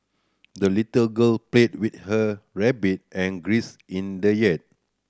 the little girl played with her rabbit and in the yard